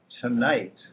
tonight